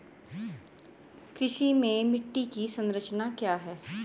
कृषि में मिट्टी की संरचना क्या है?